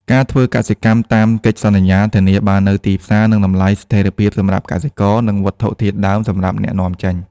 ការធ្វើកសិកម្មតាមកិច្ចសន្យា ធានាបាននូវទីផ្សារ និងតម្លៃស្ថិរភាពសម្រាប់កសិករ និងវត្ថុធាតុដើមសម្រាប់អ្នកនាំចេញ។